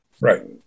Right